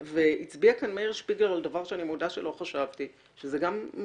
גם הצביע כאן מאיר שפיגלר על דבר שלא חשבתי עליו שזה מייצר